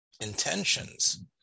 intentions